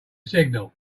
signal